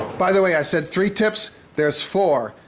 by the way i said three tips, there's four.